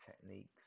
techniques